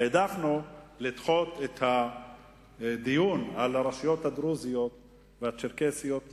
העדפנו לדחות את הדיון על הרשויות הדרוזיות והצ'רקסיות להיום.